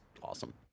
awesome